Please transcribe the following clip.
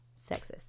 sexist